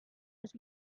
was